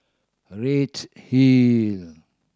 a redhill